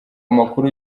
amakuru